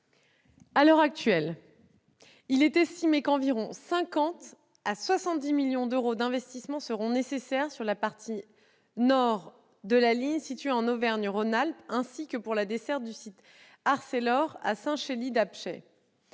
à l'heure actuelle, il est estimé que 50 millions à 70 millions d'euros d'investissements seront nécessaires sur la partie nord de la ligne située en Auvergne-Rhône-Alpes, ainsi que pour la desserte du site ArcelorMittal à Saint-Chély-d'Apcher.